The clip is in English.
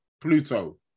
Pluto